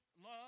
Love